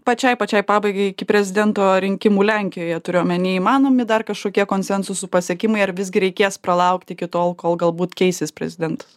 pačiai pačiai pabaigai iki prezidento rinkimų lenkijoje turiu omeny įmanomi dar kažkokie konsensusu pasiekimai ar visgi reikės palaukti iki tol kol galbūt keisis prezidentas